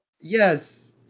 yes